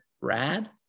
rad